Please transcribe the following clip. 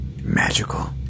magical